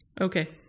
okay